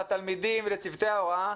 לתלמידים ולצוותי ההוראה,